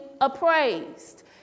appraised